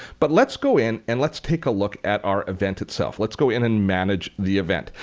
but let's go in and let's take a look at our event itself. let's go in and manage the event.